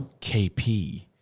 KP